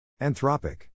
Anthropic